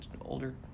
older